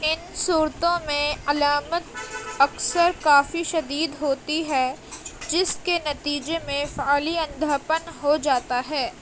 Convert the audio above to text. ان صورتوں میں علامت اکثر کافی شدید ہوتی ہے جس کے نتیجے میں فعلی اندھاپن ہو جاتا ہے